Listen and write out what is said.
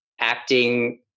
acting